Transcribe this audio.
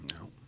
No